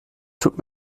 tut